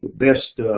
best